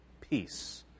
peace